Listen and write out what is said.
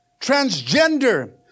Transgender